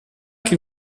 che